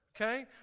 okay